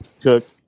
cook